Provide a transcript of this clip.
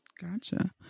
gotcha